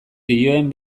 dioen